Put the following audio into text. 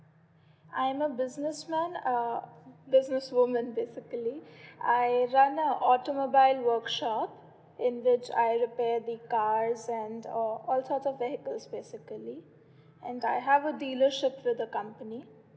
I'm a business man uh business woman basically I run a automobile workshop in which I repair the cars and uh all sorts of vehicles basically and I have a dealership with the company